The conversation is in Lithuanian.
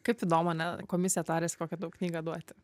kaip įdomu ane komisija tariasi kokią daug knygą duoti